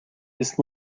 ist